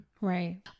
Right